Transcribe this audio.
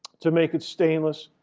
to make it stainless.